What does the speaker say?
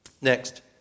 Next